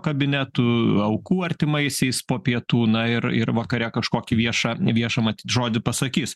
kabinetu aukų artimaisiais po pietų na ir ir vakare kažkokį viešą viešą matyt žodį pasakys